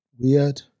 weird